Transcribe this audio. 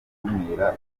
gukumira